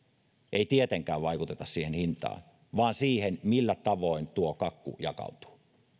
ei tietenkään vaikuteta siihen hintaan vaan siihen millä tavoin tuo kakku jakautuu